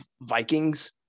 Vikings